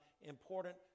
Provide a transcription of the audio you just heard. important